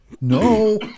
No